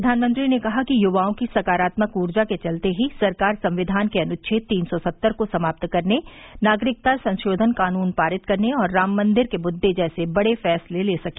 प्रधानमंत्री ने कहा कि युवाओं की सकारात्मक ऊर्जा के चलते ही सरकार संविधान के अनुच्छेद तीन सौ सत्तर को समाप्त करने नागरिकता संशोधन कानून पारित करने और राम मन्दिर के मुद्दे जैसे बड़े फैसले ले सकी